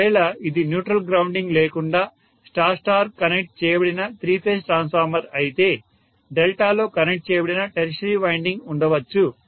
ఒకవేళ ఇది neutral grounding లేకుండా స్టార్ స్టార్ కనెక్ట్ చేయబడిన త్రీ ఫేజ్ ట్రాన్స్ఫార్మర్ అయితే డెల్టాలో కనెక్ట్ చేయబడిన టెర్షియరీ వైండింగ్ ఉండవచ్చు